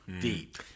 deep